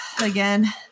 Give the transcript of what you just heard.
again